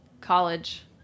college